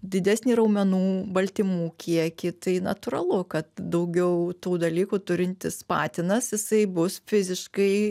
didesnį raumenų baltymų kiekį tai natūralu kad daugiau tų dalykų turintis patinas jisai bus fiziškai